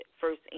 first